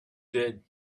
did